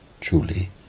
truly